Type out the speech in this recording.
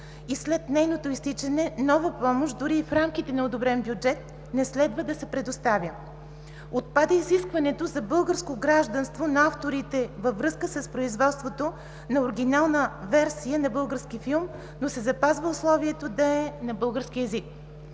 и след нейното изтичане нова помощ дори в рамките на одобрен бюджет не следва да се предоставя. Отпада изискването за българско гражданство на авторите във връзка с производството на оригинална версия на български филм, но се запазва условието да е на български език.